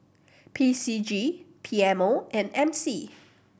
P C G P M O and M C